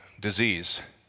disease